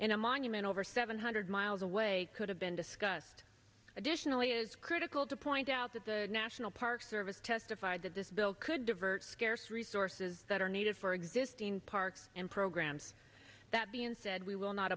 in a monument over seven hundred miles away could have been discussed additionally is critical to point out that the national park service testified that this bill could divert scarce resources that are needed for existing parks and programs that being said we will not